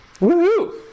Woo-hoo